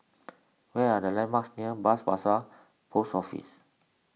where are the landmarks near Bras Basah Post Office